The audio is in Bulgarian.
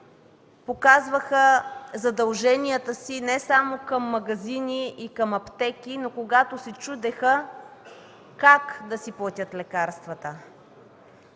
показваха задълженията си не само към магазини и към аптеки, но когато се чудеха как да си платят лекарствата.